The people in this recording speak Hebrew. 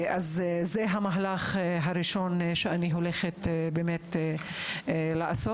זה המהלך הראשון שאני הולכת לעשות.